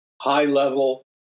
high-level